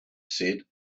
said